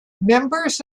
members